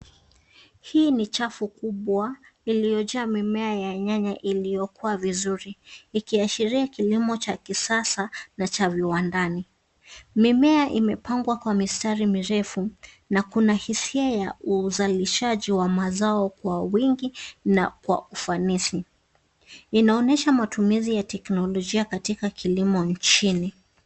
Hii ni chafu kubwa iliyojaa mimea ya nyanya iliyokua vizuri, ikiashiria kilimo cha kisasa na cha viwandani. Mimea imepangwa kwa mistari mirefu, na kuna hisia ya uzalishaji wa mazao kwa wingi na kwa ufanisi. Inaonesha matumizi ya teknolojia katika kilimo nchini.